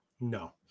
No